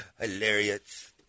hilarious